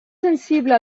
sensible